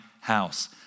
house